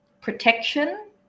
protection